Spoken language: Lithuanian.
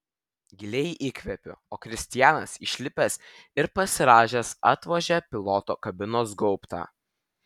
giliai įkvepiu o kristianas išlipęs ir pasirąžęs atvožia piloto kabinos gaubtą